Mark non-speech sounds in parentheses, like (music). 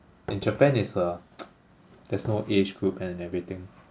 in Japan it's a (noise) there's no age group and everything